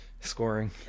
Scoring